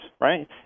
right